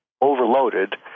overloaded